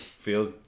Feels